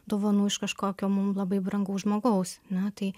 dovanų iš kažkokio mum labai brangaus žmogaus na tai